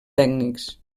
tècnics